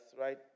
right